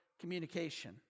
communication